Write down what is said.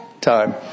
time